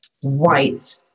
white